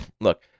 Look